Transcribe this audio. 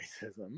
racism